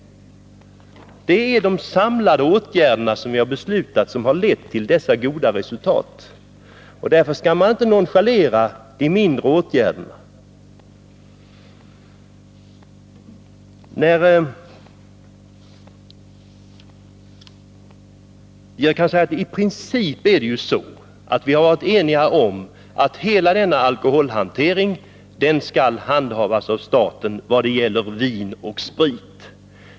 Det är de samlade åtgärderna som vi har beslutat som har lett till dessa goda resultat, och därför skall man inte nonchalera de mindre åtgärderna. I princip är det ju så att vi har varit eniga om att hela alkoholhanteringen skall handhas av staten vad gäller vin och sprit.